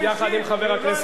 לא, לא, למה הוא משיב?